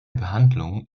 behandlung